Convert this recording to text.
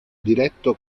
diretto